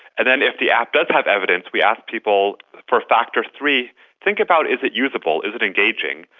and then if the app does have evidence we ask people for factor three think about is it usable, is it engaging?